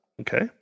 Okay